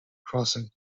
crossing